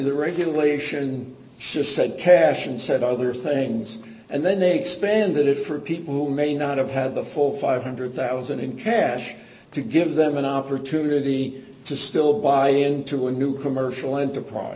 the regulation just said cash and said other things and then they expanded it for people who may not have had the full five hundred thousand in cash to give them an opportunity to still buy into a new commercial enterprise